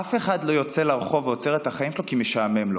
שאף אחד לא יוצא לרחוב ועוצר את החיים שלו כי משעמם לו.